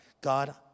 God